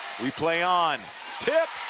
we play on tip,